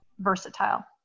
versatile